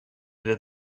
that